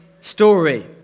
story